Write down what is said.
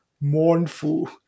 mournful